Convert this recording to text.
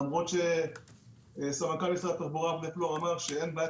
למרות שסמנכ"ל משרד התחבורה אבנר פלור אמר שאין בעיית